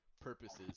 purposes